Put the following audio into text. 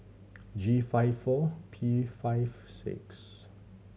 G five four P five six